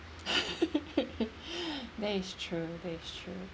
that is true that is true